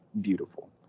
beautiful